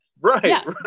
Right